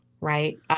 right